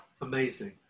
Amazing